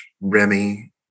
Remy